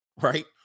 right